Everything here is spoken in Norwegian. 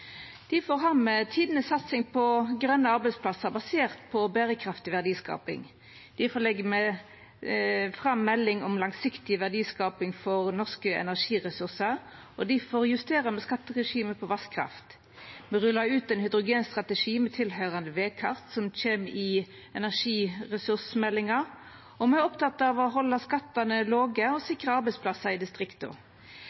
Difor har me den største satsinga i historia på grøne arbeidsplassar basert på berekraftig verdiskaping. Difor legg me fram melding om langsiktig verdiskaping frå norske energiressursar, og difor justerer me skatteregimet for vasskraft. Me rullar ut ein hydrogenstrategi med tilhøyrande vegkart som kjem i energiressursmeldinga, og me er opptekne av å halda skattane låge